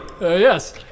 Yes